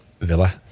Villa